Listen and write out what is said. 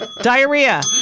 Diarrhea